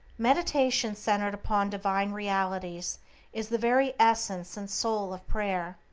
meditation centered upon divine realities is the very essence and soul of prayer.